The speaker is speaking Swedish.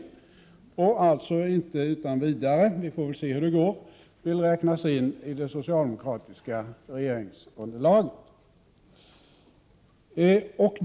Partiet vill alltså inte utan vidare räknas in i det socialdemokratiska regeringsunderlaget. Vi får väl se hur det går!